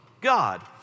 God